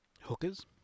hookers